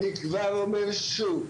אני כבר אומר שוב,